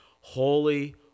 holy